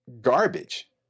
garbage